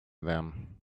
them